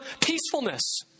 peacefulness